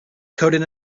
coded